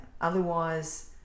otherwise